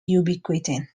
ubiquitin